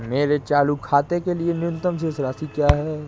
मेरे चालू खाते के लिए न्यूनतम शेष राशि क्या है?